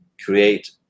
create